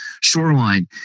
shoreline